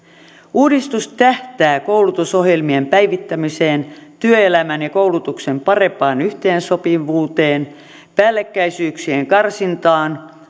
uudistus tähtää koulutusohjelmien päivittämiseen työelämän ja koulutuksen parempaan yhteensopivuuteen päällekkäisyyksien karsintaan